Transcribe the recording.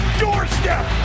doorstep